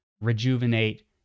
rejuvenate